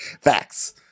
Facts